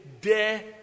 Dare